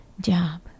job